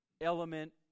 element